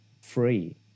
free